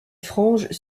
franges